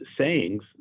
sayings